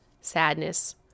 sadness